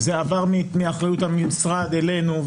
זה עבר מאחריות המשרד אלינו.